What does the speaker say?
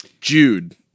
Jude